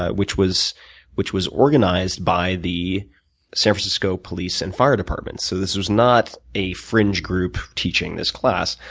ah which was which was organized by the san francisco police and fire departments. so this was not a fringe group, teaching this class.